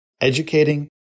educating